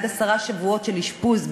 עד עשרה שבועות של אשפוז,